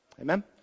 Amen